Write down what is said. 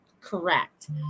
correct